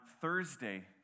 Thursday